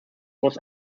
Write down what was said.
was